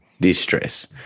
distress